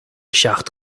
seacht